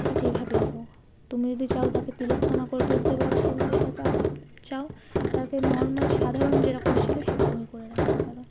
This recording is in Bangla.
সে যেভাবেই হোক তুমি যদি চাও তাকে তিলোত্তমা করে তুলতে পারো তুমি যদি তা চাও তাকে নর্মাল সাধারণ যেরকম ছিল সেরকমই করে রাখতে পারো